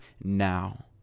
now